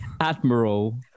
Admiral